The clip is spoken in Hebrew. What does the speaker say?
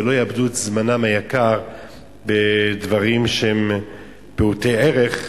ולא יאבְּדו את זמנם היקר בדברים שהם פעוטי ערך,